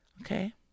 Okay